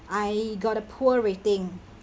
I got a poor rating